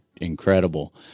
incredible